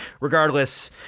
regardless